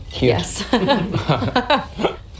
Yes